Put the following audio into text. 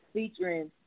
Featuring